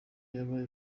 yabaye